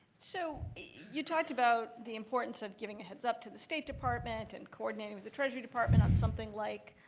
so you talked about the importance of giving a heads up to the state department, and coordinating with the treasury department on something like